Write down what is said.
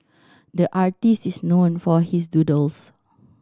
the artist is known for his doodles